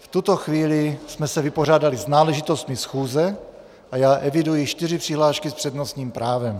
V tuto chvíli jsme se vypořádali s náležitostmi schůze a eviduji čtyři přihlášky s přednostním právem.